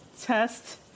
test